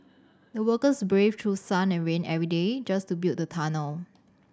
the workers braved through sun and rain every day just to build the tunnel